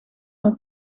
het